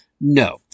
No